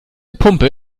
pumpe